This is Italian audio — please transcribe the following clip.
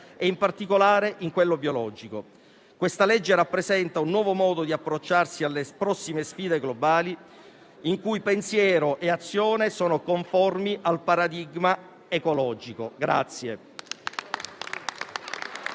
e, in particolare, in quello biologico. Questo disegno di legge rappresenta un nuovo modo di approcciarsi alle prossime sfide globali, in cui pensiero e azione sono conformi al paradigma ecologico.